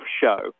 show